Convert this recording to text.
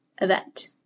event